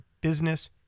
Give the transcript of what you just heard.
business